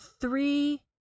three